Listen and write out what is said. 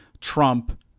Trump